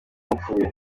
upfuye